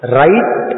right